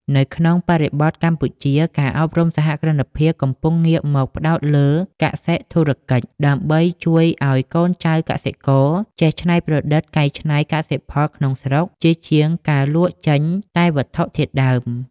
នៅក្នុងបរិបទកម្ពុជា ការអប់រំសហគ្រិនភាពកំពុងងាកមកផ្ដោតលើ "កសិ-ធុរកិច្ច" ដើម្បីជួយឱ្យកូនចៅកសិករចេះច្នៃប្រឌិតកែច្នៃកសិផលក្នុងស្រុក ជាជាងការលក់ចេញតែវត្ថុធាតុដើម។